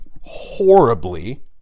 horribly